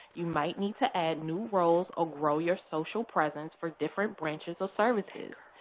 you might need to add new roles or grow your social presence for different branches of services.